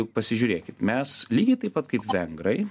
pasižiūrėkit mes lygiai taip pat kaip vengrai